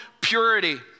purity